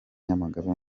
nyamagabe